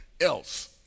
else